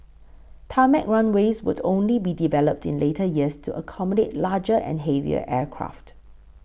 tarmac runways would only be developed in later years to accommodate larger and heavier aircraft